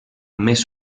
més